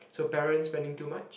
so parents spending too much